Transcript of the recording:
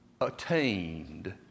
attained